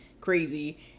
crazy